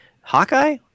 Hawkeye